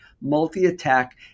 multi-attack